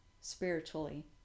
spiritually